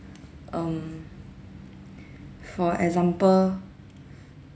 um for example